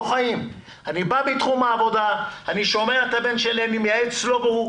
אני בא מתחום העבודה ואני שומע את הבן שלי ומייעץ לו.